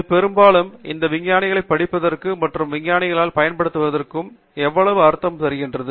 இது பெரும்பாலும் இந்த விஞ்ஞானிகளைப் படிப்பதற்கும் மற்ற விஞ்ஞானிகளால் பயன்படுத்தப்படுவதற்கும் எவ்வளவு அர்த்தம் தருகிறது